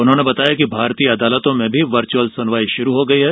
उन्होंने बताया कि भारतीय अदालतों में वर्चुअल सुनवाई शुरू हो गई है